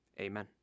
Amen